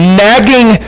nagging